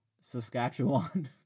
Saskatchewan